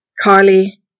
Carly